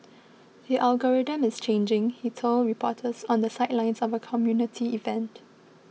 the algorithm is changing he told reporters on the sidelines of a community event